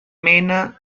mena